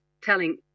telling